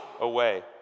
away